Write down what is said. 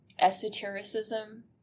esotericism